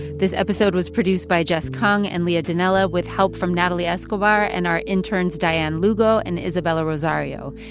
this episode was produced by jess kung and leah donnella, with help from natalie escobar and our interns, dianne lugo and isabella rosario.